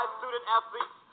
student-athletes